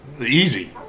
Easy